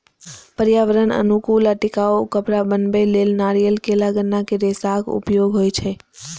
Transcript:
पर्यावरण अनुकूल आ टिकाउ कपड़ा बनबै लेल नारियल, केला, गन्ना के रेशाक उपयोग होइ छै